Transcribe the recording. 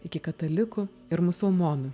iki katalikų ir musulmonų